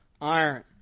iron